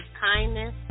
kindness